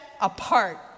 apart